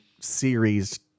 series